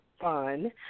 fun